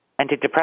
antidepressants